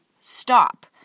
stop